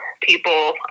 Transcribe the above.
people